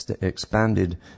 expanded